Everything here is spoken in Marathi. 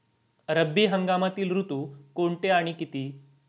रब्बी हंगामातील ऋतू कोणते आणि किती?